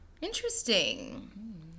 Interesting